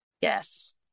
Yes